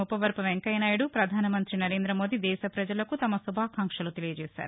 ముప్పవరపు వెంకయ్య నాయుడు పధాన మంత్రి నరేంద మోదీ దేశ పజలకు తమ శుభాకాంక్షలు అందజేశారు